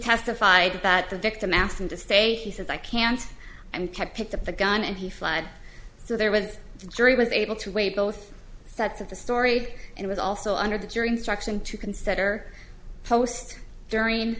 testified that the victim asked him to stay he says i can't and kept picked up the gun and he fled so there was the jury was able to weigh both sets of the story and it was also under the jury instruction to consider post jur